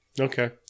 Okay